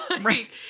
right